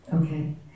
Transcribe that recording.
Okay